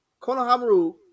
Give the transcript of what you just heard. Konohamaru